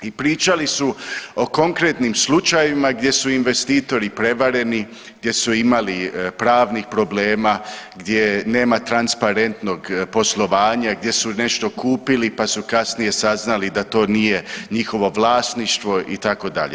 I pričali su o konkretnim slučajevima gdje su investitori prevareni, gdje su imali pravnih problema, gdje nema transparentnog poslovanja, gdje su nešto kupili pa su kasnije saznali da to nije njihovo vlasništvo itd.